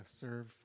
serve